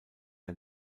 der